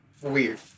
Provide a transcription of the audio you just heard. weird